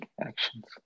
actions